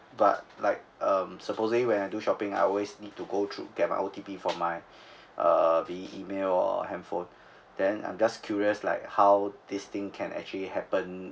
but like um supposing when I do shopping I always need to go through get my O_T_P from my uh email or handphone then I'm just curious like how this thing can actually happen